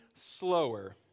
slower